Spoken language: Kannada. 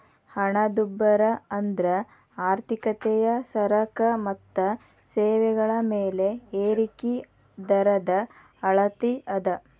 ಹಣದುಬ್ಬರ ಅಂದ್ರ ಆರ್ಥಿಕತೆಯ ಸರಕ ಮತ್ತ ಸೇವೆಗಳ ಬೆಲೆ ಏರಿಕಿ ದರದ ಅಳತಿ ಅದ